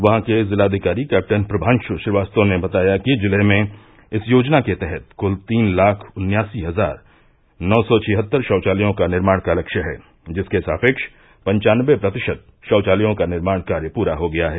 वहां के जिलाधिकारी कैप्टन प्रभांशु श्रीवास्तव ने बताया कि जिले में इस योजना के तहत कुल तीन लाख उन्यासी हजार नौ सौ छिहत्तर शौचालयों के निर्माण का लक्ष्य है जिसके सापेक्ष पंचानबे प्रतिशत शौचालयों का निर्माण कार्य पूरा हो गया है